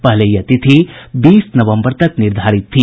पहले यह तिथि बीस नवम्बर तक निर्धारित थी